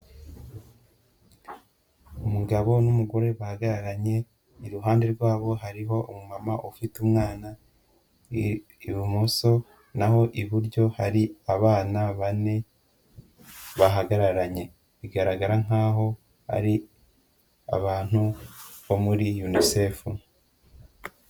Umugabo n'umugore bahagararanye, iruhande rwabo hariho umumama ufite umwana uri ibumoso, naho iburyo hari abana bane bahagararanye bigaragara nkaho ari abantu bo muri UNICEF.